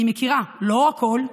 אני מכירה, לא הכול,